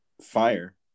fire